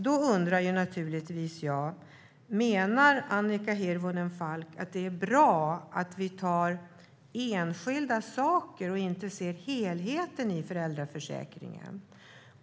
Därför undrar jag: Menar Annika Hirvonen Falk att det är bra att vi tar tag i enskilda saker och inte ser helheten i föräldraförsäkringen?